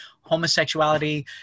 homosexuality